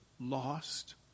Lost